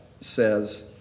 says